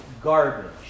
garbage